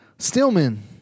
Stillman